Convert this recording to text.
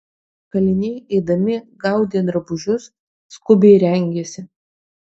kaliniai eidami gaudė drabužius skubiai rengėsi